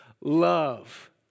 love